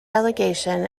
delegation